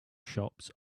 shops